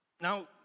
Now